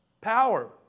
power